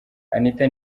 anita